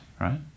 right